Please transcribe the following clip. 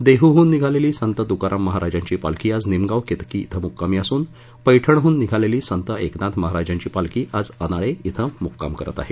देहूहून निघालेली संत तुकाराम महाराजांची पालखी आज निमगाव केतकी अं मुक्कामी असून पैठणहून निघालेली संत एकनाथ महाराजांची पालखी आज अनाळे धिं मुक्काम करत आहे